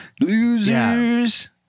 Losers